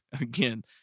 again